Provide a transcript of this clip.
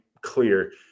clear